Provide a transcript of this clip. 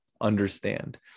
understand